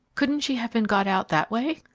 couldn't she have been got out that way?